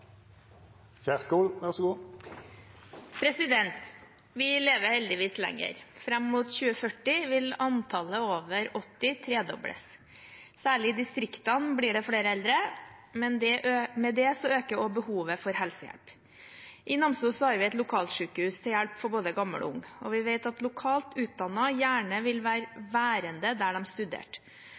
lever heldigvis lenger. Frem mot 2040 vil antallet over 80 tredobles. Særlig i distriktene blir det flere eldre. Med det øker også behovet for helsehjelp. I Namsos har vi et lokalsykehus til hjelp for både gammel og ung. Vi vet at lokalt utdannede gjerne blir værende der de studerte.